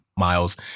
miles